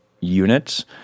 units